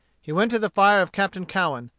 he went to the fire of captain cowen,